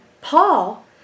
Paul